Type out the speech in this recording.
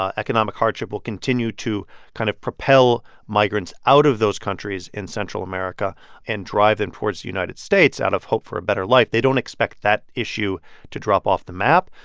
ah economic hardship will continue to kind of propel migrants out of those countries in central america and drive them towards the united states out of hope for a better life. they don't expect that issue to drop off the map.